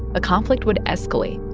conflict would escalate,